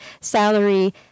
salary